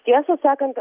tiesą sakant